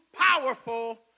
powerful